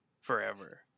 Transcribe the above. forever